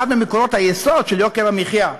אחד ממקורות היסוד של יוקר המחיה,